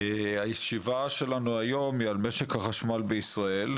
הישיבה שלנו היום היא על משק החשמל בישראל,